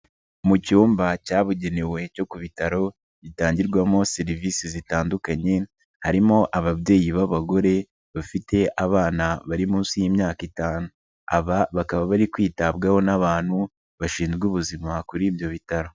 Mu cyumba cyabugenewe cyo ku bitaro gitangirwamo serivisi zitandukanye, harimo ababyeyi b'abagore bafite abana bari munsi y'imyaka itanu. Aba bakaba bari kwitabwaho n'abantu bashinzwe ubuzima kuri ibyo bitaro.